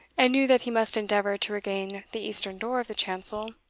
and knew that he must endeavour to regain the eastern door of the chancel,